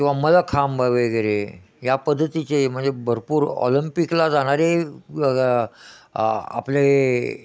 किंवा मलखांब वगैरे या पद्धतीचे म्हणजे भरपूर ऑलंपिकला जाणारे आपले